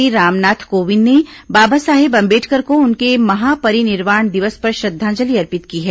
राष्ट्रपति रामनाथ कोविंद ने बाबा साहेब अंबेडकर को उनके महापरिनिर्वाण दिवस पर श्रद्धांजलि अर्पित की है